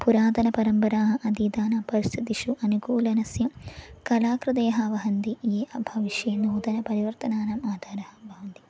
पुरातनपरम्पराः अधीतानपरिस्थितिषु अनुकूलस्य कलाकृतयः वहन्ति ये अभविष्ये नूतनपरिवर्तनानाम् आधारः भवन्ति